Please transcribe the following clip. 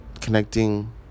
connecting